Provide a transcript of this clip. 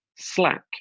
Slack